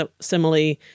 simile